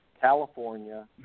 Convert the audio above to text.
California